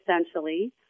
Essentially